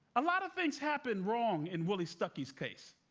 a lot of things happened wrong in willie stuckey's case.